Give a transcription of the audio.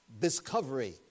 discovery